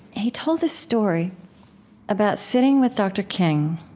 he told this story about sitting with dr. king